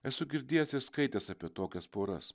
esu girdėjęs ir skaitęs apie tokias poras